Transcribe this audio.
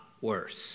worse